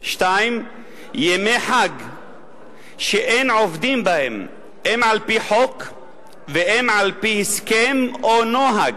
2. ימי חג שאין עובדים בהם אם על-פי חוק ואם על-פי הסכם או נוהג,